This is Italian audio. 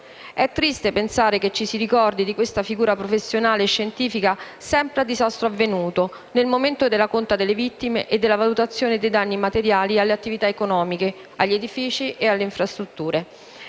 È triste pensare che ci si ricordi di questa figura professionale e scientifica sempre a disastro avvenuto, nel momento della conta delle vittime e della valutazione dei danni materiali alle attività economiche, agli edifici ed alle infrastrutture.